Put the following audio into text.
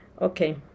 Okay